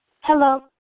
Hello